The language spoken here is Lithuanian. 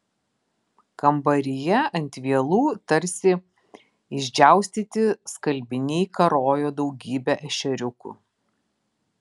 kambaryje ant vielų tarsi išdžiaustyti skalbiniai karojo daugybė ešeriukų